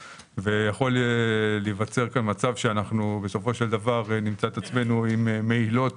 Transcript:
ואז יכול להיווצר כאן מצב שאנחנו נמצא את עצמנו עם מהילות